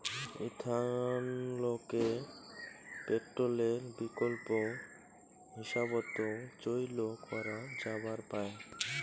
ইথানলকে পেট্রলের বিকল্প হিসাবত চইল করা যাবার পায়